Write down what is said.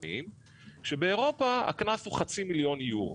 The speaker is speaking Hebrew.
ויצרנים כשבאירופה הקנס הוא חצי מיליון יורו.